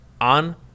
on